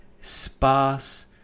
sparse